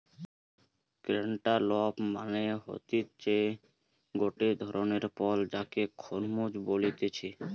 cantaloupe মানে হতিছে গটে ধরণের ফল যাকে খরমুজ বলতিছে